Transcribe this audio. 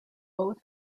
both